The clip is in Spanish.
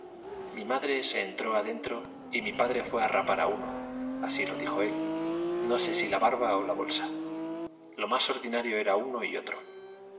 mi madre se entró adentro y mi padre fue a rapar a uno así lo dijo él no sé si la barba o la bolsa lo más ordinario era uno y otro